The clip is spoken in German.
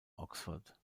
oxford